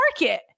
market